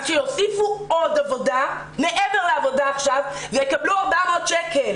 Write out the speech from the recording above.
אז שיוסיפו עוד עבודה מעבר לעבודה עכשיו ויקבלו 400 שקל.